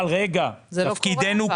אבל זה לא קורה.